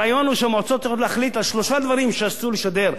הרעיון הוא שהמועצות צריכות להחליט על שלושה דברים שאסור לשדר,